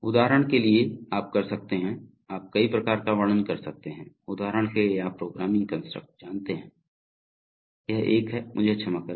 उदाहरण के लिए आप कर सकते हैं आप कई प्रकार का वर्णन कर सकते हैं उदाहरण के लिए आप प्रोग्रामिंग कंस्ट्रक जानते हैं यह एक है मुझे क्षमा करें